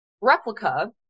replica